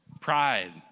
pride